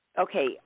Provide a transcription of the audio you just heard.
okay